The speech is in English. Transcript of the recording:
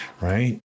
right